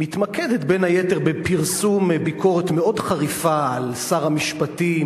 מתמקדת בין היתר בפרסום ביקורת מאוד חריפה על שר המשפטים,